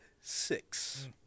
six